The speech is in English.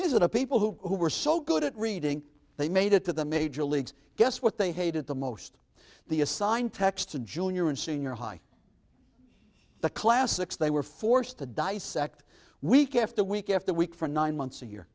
is it a people who are so good at reading they made it to the major leagues guess what they hated the most the assigned text a junior and senior high the classics they were forced to dissect week after week after week for nine months a year